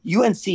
UNC